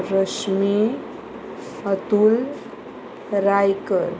Rashmi Atul Raikar